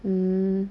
mm